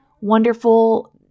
wonderful